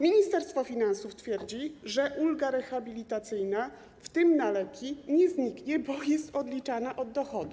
Ministerstwo Finansów twierdzi, że ulga rehabilitacyjna, w tym na leki, nie zniknie, bo jest odliczana od dochodu.